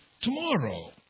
Tomorrow